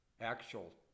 actual